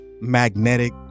magnetic